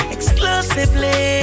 Exclusively